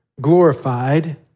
glorified